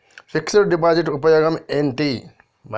Fix డ్ deposit ఉపయోగం ఏంటి?